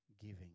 giving